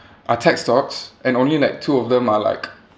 are tech stocks and only like two of them are like